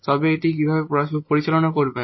তবে এটি কীভাবে পরিচালনা করবেন